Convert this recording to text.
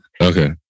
Okay